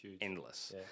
endless